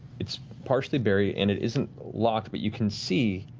it's partially buried and it isn't locked, but you can see